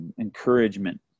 encouragement